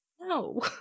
no